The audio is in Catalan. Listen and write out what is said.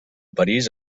parís